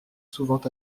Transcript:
souvent